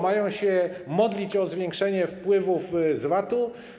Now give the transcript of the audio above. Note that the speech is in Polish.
Mają się modlić o zwiększenie wpływów z VAT-u?